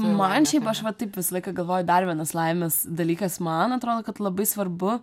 man šiaip aš va taip visą laiką galvoju dar vienas laimės dalykas man atrodo kad labai svarbu